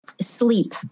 sleep